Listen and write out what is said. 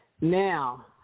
Now